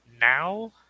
now